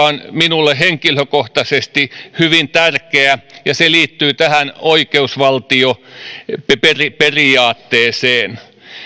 on minulle henkilökohtaisesti hyvin tärkeä ja se liittyy oikeusvaltioperiaatteeseen